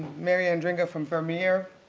marianne drinker from veneer,